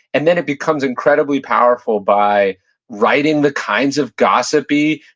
and then it becomes incredibly powerful by writing the kinds of gossipy,